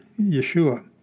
Yeshua